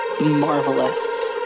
Marvelous